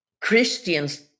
Christians